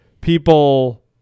people